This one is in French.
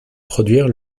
produire